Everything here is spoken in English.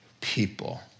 people